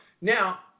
Now